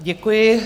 Děkuji.